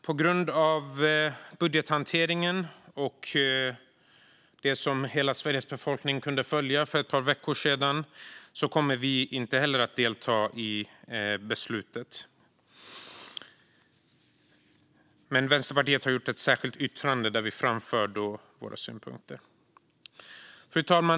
På grund av budgethanteringen och det som hela Sveriges befolkning kunde följa för ett par veckor sedan kommer inte heller vi att delta i beslutet. Vänsterpartiet har gjort ett särskilt yttrande där vi framför våra synpunkter. Fru talman!